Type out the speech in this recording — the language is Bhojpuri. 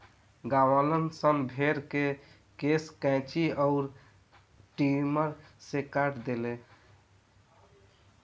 गांववालन सन भेड़ के केश कैची अउर ट्रिमर से काट देले